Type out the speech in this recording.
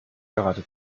gerade